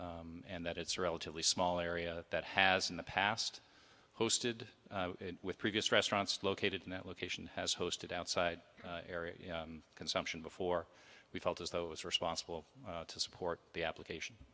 this and that it's a relatively small area that has in the past hosted with previous restaurants located in that location has hosted outside area consumption before we felt as though it was responsible to support the application